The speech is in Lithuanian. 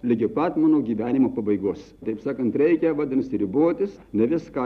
ligi pat mano gyvenimo pabaigos taip sakant reikia vadinasi ribotis ne viską